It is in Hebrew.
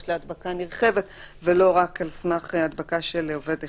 להדבקה נרחבת ולא רק על סמך הדבקה של עובד אחד.